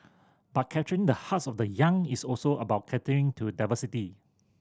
but capturing the hearts of the young is also about catering to diversity